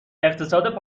اقتصاد